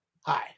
hi